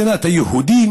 מדינת היהודים